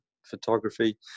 photography